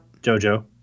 jojo